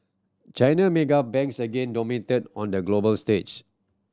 China mega banks again dominated on the global stage